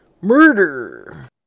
Murder